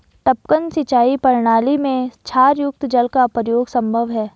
टपकन सिंचाई प्रणाली में क्षारयुक्त जल का प्रयोग संभव है